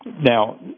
Now